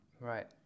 Right